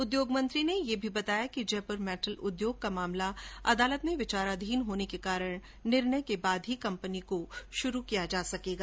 उद्योग मंत्री ने यह भी बताया कि जयपुर मेटल उद्योग का मामला न्यायालय में विचाराधीन होने के कारण निर्णय के बाद ही कम्पनी को शुरू किया जा सकेगा